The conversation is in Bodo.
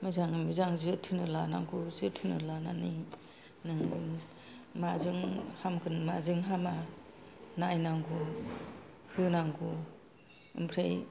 मोजाङै मोजां जोथोन लानांगौ जोथोन लानानै नोङो माजों हामगोन माजों हामा नायनांगौ होनांगौ ओमफ्राइ